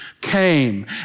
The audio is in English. came